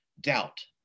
doubt